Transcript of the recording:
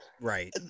right